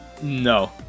No